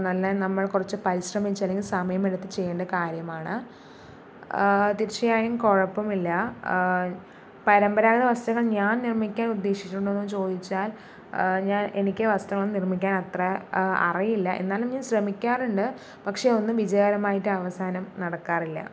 നല്ല നമ്മൾ കുറച്ച് പരിശ്രമിച്ചാൽ അല്ലെങ്കിൽ സമയമെടുത്ത് ചെയ്യേണ്ട കാര്യമാണ് തീർച്ചയായും കുഴപ്പമില്ല പരമ്പരാഗത വസ്ത്രങ്ങൾ ഞാൻ നിർമ്മിക്കാൻ ഉദ്ദേശിച്ചിട്ടുണ്ടോയെന്ന് ചോദിച്ചാൽ ഞാൻ എനിക്ക് വസ്ത്രങ്ങൾ നിർമ്മിക്കാൻ അത്ര അറിയില്ല എന്നാലും ഞാൻ ശ്രമിക്കാറുണ്ട് പക്ഷേ ഒന്നും വിജയകരമായിട്ട് അവസാനം നടക്കാറില്ല